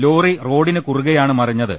lorry റോഡിന് കുറുകെയാണ് മറിഞ്ഞത്